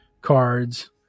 cards